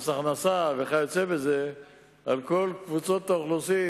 מס הכנסה וכיוצא בזה על כל קבוצות האוכלוסין